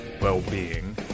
well-being